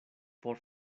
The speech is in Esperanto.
por